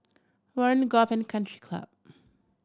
Warren Golf and Country Club